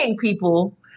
people